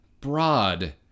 broad